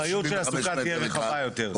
שהאחריות של הסוכה תהיה רחבה יותר,